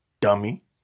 Dummy